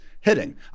hitting